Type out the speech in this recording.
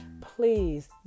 Please